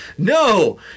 No